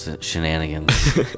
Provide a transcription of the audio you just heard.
shenanigans